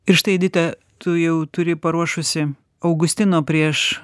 ir štai edita tu jau turi paruošusi augustino prieš